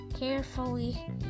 Carefully